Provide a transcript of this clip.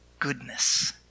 Goodness